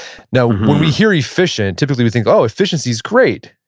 now when we hear efficient, typically we think, oh, efficiency's great.